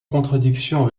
contradiction